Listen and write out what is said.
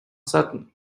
sutton